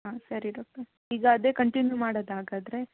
ಹಾಂ ಸರಿ ಡಾಕ್ಟರ್ ಈಗ ಅದೇ ಕಂಟಿನ್ಯೂ ಮಾಡೋದಾ ಹಾಗಾದರೆ